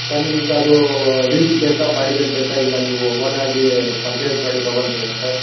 sir ನಿಮ್ಗ ಅದು ಲೀಝಿಗೆ ಬೇಕಾ ಬಾಡ್ಗೆಗೆ ಬೇಕಾ ಇಲ್ಲ ನೀವೂ ಓನಾಗೀ ಪರ್ಚೇಸ್ ಮಾಡಿ ತಗೊಳ್ತೀರಾ ಸರ್